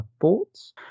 thoughts